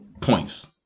Points